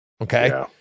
okay